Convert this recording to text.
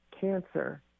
cancer